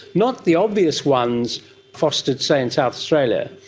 not the obvious ones fostered, say, in south australia,